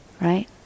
right